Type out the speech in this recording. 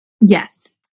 Yes